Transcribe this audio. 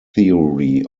theory